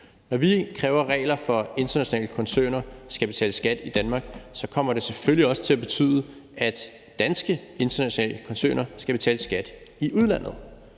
Når vi kræver regler om, at internationale koncerner skal betale skat i Danmark, kommer det selvfølgelig også til at betyde, at danske internationale koncerner skal betale skat i udlandet.